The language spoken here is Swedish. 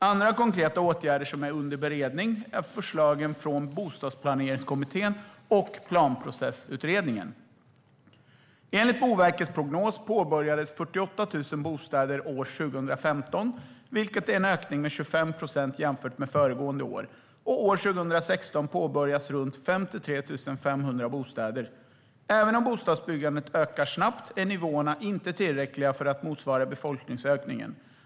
Andra konkreta åtgärder som är under beredning är förslagen från Bostadsplaneringskommittén och Planprocessutredningen. Enligt Boverkets prognos påbörjades 48 000 bostäder år 2015, vilket är en ökning med 25 procent jämfört med föregående år, och år 2016 påbörjas runt 53 500 bostäder. Även om bostadsbyggandet ökar snabbt är nivåerna inte tillräckliga för att motsvara befolkningsökningen.